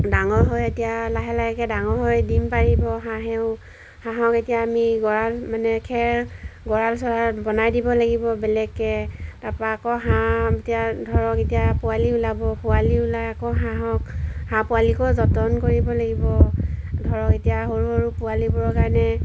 ডাঙৰ হৈ এতিয়া লাহে লাহেকৈ ডাঙৰ হৈ দিম পাৰিব হাঁহেও হাঁহক এতিয়া আমি গঁৰাল মানে খেৰ গঁৰাল চৰাল বনাই দিব লাগিব বেলেগকৈ তাৰপা আকৌ হাঁহ এতিয়া ধৰক এতিয়া পোৱালি ওলাব পোৱালি ওলাই আকৌ হাঁহক হাঁহ পোৱালিকো যতন কৰিব লাগিব ধৰক এতিয়া সৰু সৰু পোৱালিবোৰৰ কাৰণে